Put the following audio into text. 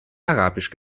arabisch